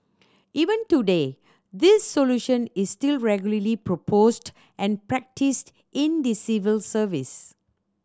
even today this solution is still regularly proposed and practised in the civil service